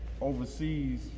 overseas